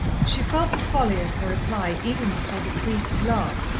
she felt the folly of her reply even before the priest's laugh,